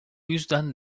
yüzden